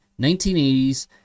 1980s